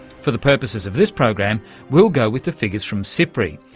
for the purposes of this program we'll go with the figures from sipri,